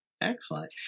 excellent